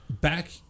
back